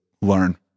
learn